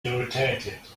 irritated